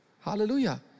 Hallelujah